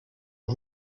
ont